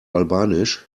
albanisch